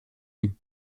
nues